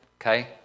Okay